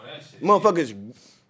Motherfuckers